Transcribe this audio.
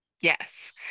Yes